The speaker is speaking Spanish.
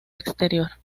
exterior